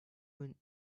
when